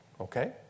Okay